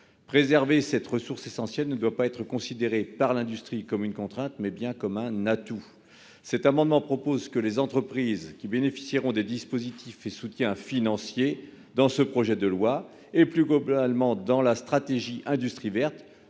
de cette ressource essentielle doit être considérée par l'industrie non pas comme une contrainte, mais bien comme un atout. Le présent amendement tend à ce que les entreprises qui bénéficieront des dispositifs et des soutiens financiers prévus dans ce projet de loi et, plus globalement, dans la stratégie Industrie verte,